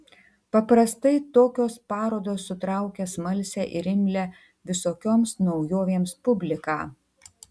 paprastai tokios parodos sutraukia smalsią ir imlią visokioms naujovėms publiką